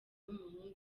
n’umuhungu